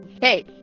hey